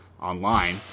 online